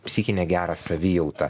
psichinę gerą savijautą